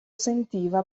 sentiva